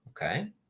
okay